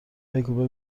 بگو